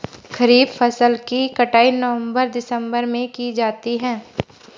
खरीफ फसल की कटाई नवंबर दिसंबर में की जाती है